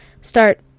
start